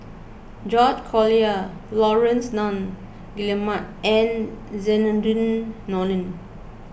George Collyer Laurence Nunns Guillemard and Zainudin Nordin